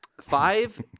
Five